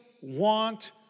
want